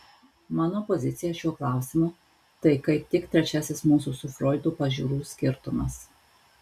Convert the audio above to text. mano pozicija šiuo klausimu tai kaip tik trečiasis mūsų su froidu pažiūrų skirtumas